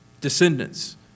descendants